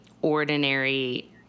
Ordinary